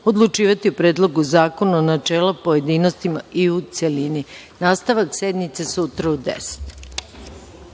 odlučivati o Predlogu zakona u načelu, pojedinostima i u celini. Nastavak sednice sutra u 10.00